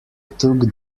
took